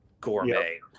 gourmet